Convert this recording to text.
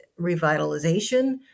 revitalization